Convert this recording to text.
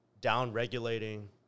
down-regulating